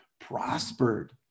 prospered